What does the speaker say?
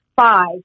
Five